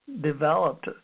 developed